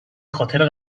خاطر